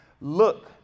look